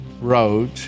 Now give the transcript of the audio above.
wrote